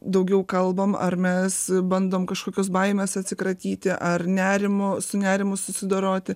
daugiau kalbam ar mes bandom kažkokios baimės atsikratyti ar nerimo su nerimu susidoroti